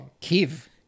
Kiev